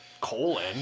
colon